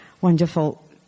wonderful